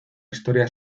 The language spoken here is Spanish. historia